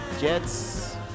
Jets